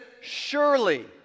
surely